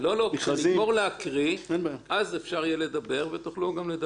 כשנגמור להקריא אז אפשר יהיה לדבר, ותוכלו לדבר.